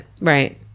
Right